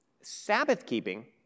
Sabbath-keeping